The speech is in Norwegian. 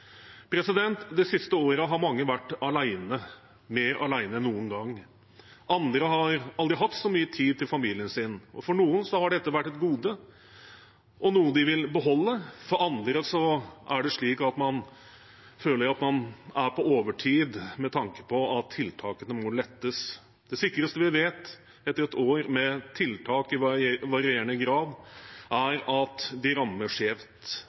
Det siste året har mange vært alene – mer alene enn noen gang. Andre har aldri hatt så mye tid til familien sin. For noen har dette vært et gode, og noe de vil beholde, for andre er det slik at man føler man er på overtid med tanke på at tiltakene må lettes. Det sikreste vi vet etter et år med tiltak i varierende grad, er at de rammer skjevt.